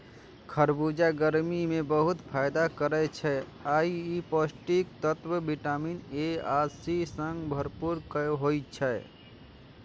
खरबूजा गर्मी मे बहुत फायदा करै छै आ ई पौष्टिक तत्व विटामिन ए आ सी सं भरपूर होइ छै